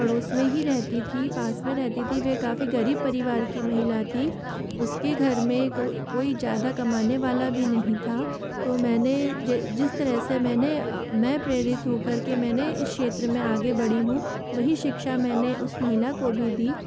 पड़ोस में ही रहती थी पास में रहती थी वे काफ़ी गरीब परिवार की महिला थी उसके घर में कोई ज़्यादा कमाने वाला भी नहीं था तो मैंने जे जिस तरह से मैंने मैं प्रेरित होकर के मैंने इस क्षेत्र में आगे बढ़ी हूँ वही शिक्षा मैंने उस महिला को भी दी